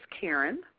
Karen